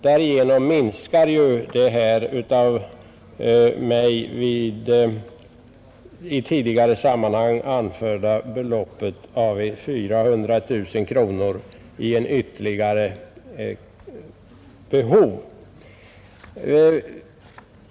Därigenom minskar ju det av mig i tidigare sammanhang anförda beloppet 400 000 kronor som ytterligare skulle behövas.